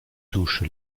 touche